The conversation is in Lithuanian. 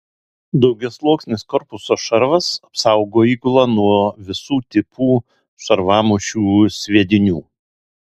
daugiasluoksnis korpuso šarvas apsaugo įgulą nuo visų tipų šarvamušių sviedinių